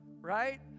Right